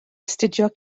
astudio